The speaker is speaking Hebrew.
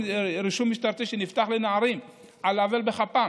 רישום משטרתי שנפתח לנערים על לא עוול בכפם.